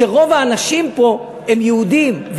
ורוב האנשים פה הם יהודים,